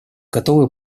готовы